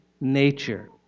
nature